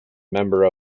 member